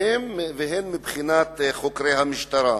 והן מבחינת חוקרי המשטרה.